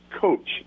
coach